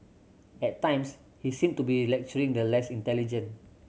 at times he seemed to be lecturing the less intelligent